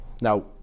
Now